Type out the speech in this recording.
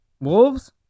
Wolves